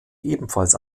ebenfalls